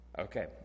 Okay